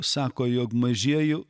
sako jog mažieji